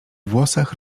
włosach